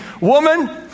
Woman